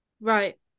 Right